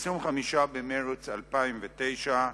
25 במרס 2009,